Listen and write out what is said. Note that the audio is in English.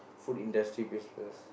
food industry business